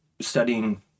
studying